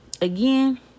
Again